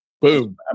boom